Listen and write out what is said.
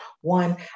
One